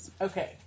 okay